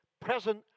present